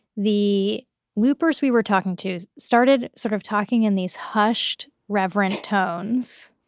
the loopers we were talking to started sort of talking in these hushed, reverent tones.